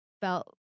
felt